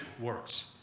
works